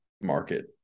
market